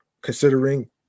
considering